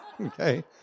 Okay